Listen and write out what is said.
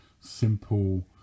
simple